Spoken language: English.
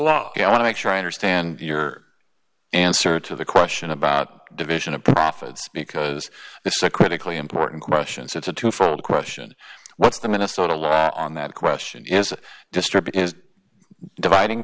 ok i want to make sure i understand your answer to the question about division of profits because it's a critically important question so it's a two fold question what's the minnesota law on that question is distribute is dividing